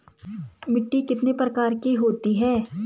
मिट्टी कितने प्रकार की होती है?